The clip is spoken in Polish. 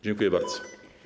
Dziękuję bardzo.